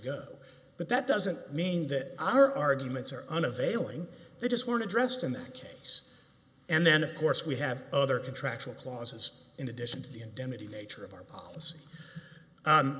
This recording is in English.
go but that doesn't mean that our arguments are unavailing they just weren't addressed in that case and then of course we have other contractual clauses in addition to the indemnity nature of our policy